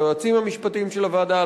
ליועצים המשפטיים של הוועדה,